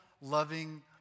loving